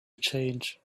change